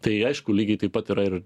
tai aišku lygiai taip pat yra ir